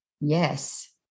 Yes